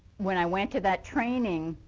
when i went to that training,